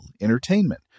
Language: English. entertainment